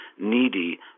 needy